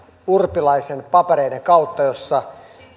urpilaisen papereiden kautta joissa